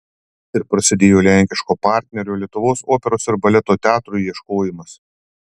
ir prasidėjo lenkiško partnerio lietuvos operos ir baleto teatrui ieškojimas